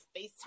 FaceTime